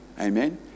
Amen